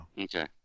Okay